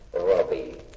Robbie